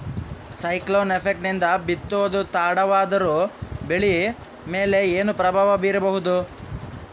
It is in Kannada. ಸೈಕ್ಲೋನ್ ಎಫೆಕ್ಟ್ ನಿಂದ ಬಿತ್ತೋದು ತಡವಾದರೂ ಬೆಳಿ ಮೇಲೆ ಏನು ಪ್ರಭಾವ ಬೀರಬಹುದು?